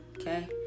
Okay